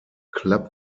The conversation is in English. club